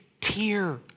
tear